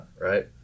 right